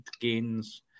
gains